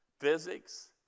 physics